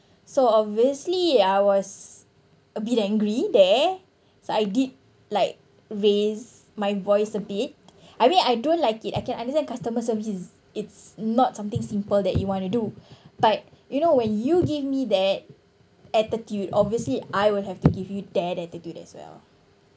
so obviously I was a bit angry there so I did like raise my voice a bit I mean I don't like it I can understand customer service is it's not something simple that you want to do but you know when you give me that attitude obviously I will have to give you that attitude as well